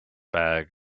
bag